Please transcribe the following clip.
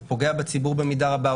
הוא פוגע בציבור במידה רבה,